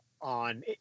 on